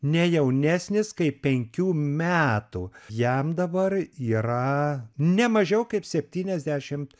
ne jaunesnis kaip penkių metų jam dabar yra ne mažiau kaip septyniasdešim